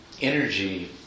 energy